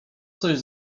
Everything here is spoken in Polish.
coś